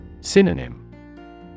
Synonym